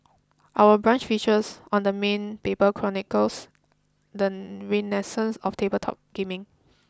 our brunch features on the main paper chronicles the renaissance of tabletop gaming